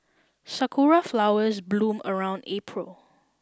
sakura flowers bloom around April